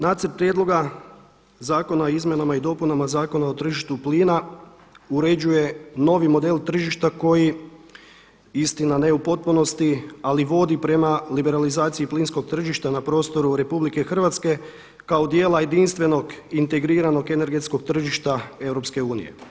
Nacrt prijedloga zakona o Izmjenama i dopunama Zakona o tržištu plina uređuje novi model tržišta koji, istina ne u potpunosti ali vodi prema liberalizaciji plinskog tržišta na prostoru RH kao dijela jedinstvenog integriranog energetskog tržišta EU.